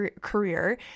career